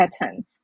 pattern